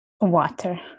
Water